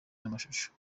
n’amashusho